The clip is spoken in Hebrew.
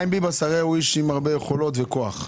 הרי הוא איש עם הרבה יכולות וכוח.